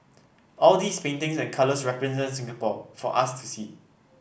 all these paintings and colours represent Singapore for us to see